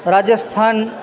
Rajasthan